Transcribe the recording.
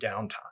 downtime